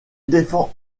défend